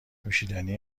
نوشیدنی